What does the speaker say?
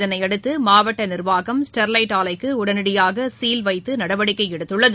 இதனையடுத்துமாவட்ட நிர்வாகம் ஸ்டெர்லைட் ஆலைக்குஉடனடியாகசீல் வைத்துநடவடிக்கைஎடுத்துள்ளது